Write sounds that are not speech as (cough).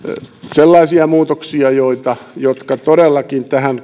sellaisia muutoksia jotka todellakin tähän (unintelligible)